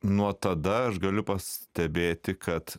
nuo tada aš galiu pastebėti kad